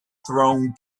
thrown